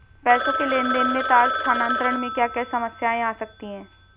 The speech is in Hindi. पैसों के लेन देन में तार स्थानांतरण में क्या क्या समस्याएं आ सकती हैं?